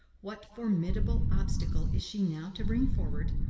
what formidable obstacle is she now to bring forward?